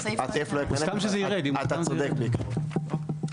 לא ייכנס, אתה צודק עקרונית.